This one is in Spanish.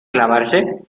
clavarse